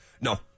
No